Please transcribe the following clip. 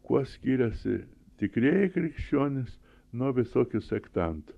kuo skyrėsi tikrieji krikščionys nuo visokių sektantų